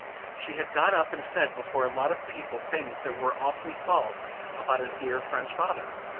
she had got up and said before a lot of people things that were awfully false about his dear french father.